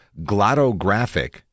Glottographic